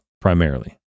primarily